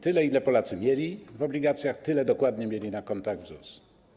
Tyle, ile Polacy mieli w obligacjach, tyle dokładnie mieli na kontach w ZUS.